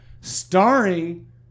starring